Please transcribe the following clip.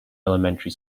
elementary